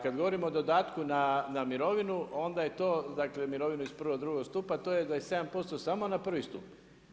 Kad govorimo o dodatku na mirovinu, onda je to, dakle mirovinu iz prvog, drugog stupa to je 27% samo na prvi stup.